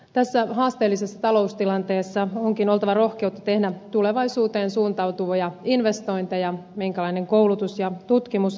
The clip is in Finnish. tässä haasteellisessa taloustilanteessa onkin oltava rohkeutta tehdä tulevaisuuteen suuntautuvia investointeja jollaisia koulutus ja tutkimus eittämättä ovat